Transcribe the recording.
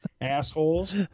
assholes